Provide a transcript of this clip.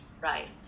Right